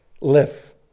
live